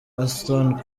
ashton